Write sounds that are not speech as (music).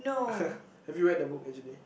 (laughs) have you read the book actually